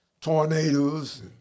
tornadoes